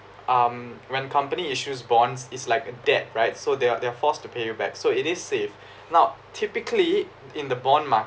um when company issues bonds it's like a debt right so they're they're forced to pay you back so it is safe now typically in the bond